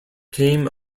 came